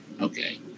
Okay